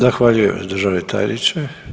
Zahvaljujem državni tajniče.